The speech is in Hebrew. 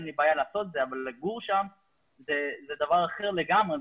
אין לי בעיה לעשות את זה לגור שם זה דבר אחר לגמרי.